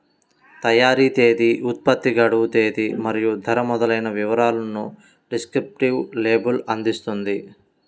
తయారీ తేదీ, ఉత్పత్తి గడువు తేదీ మరియు ధర మొదలైన వివరాలను డిస్క్రిప్టివ్ లేబుల్ అందిస్తుంది